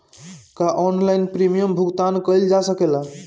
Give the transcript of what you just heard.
का online premium भुगतान कईल जा सकेला?